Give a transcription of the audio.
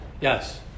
yes